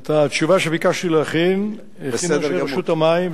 את התשובה שביקשתי להכין הכינו אנשי רשות המים,